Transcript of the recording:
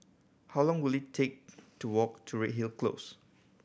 how long will it take to walk to Redhill Close